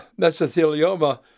mesothelioma